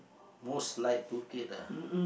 most like to eat ah